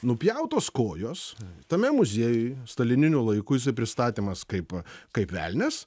nupjautos kojos tame muziejuje stalininiu laiku jisai pristatymas kaip kaip velnias